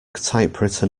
typewritten